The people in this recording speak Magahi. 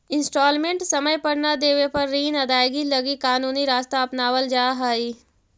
इंस्टॉलमेंट समय पर न देवे पर ऋण अदायगी लगी कानूनी रास्ता अपनावल जा हई